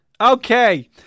Okay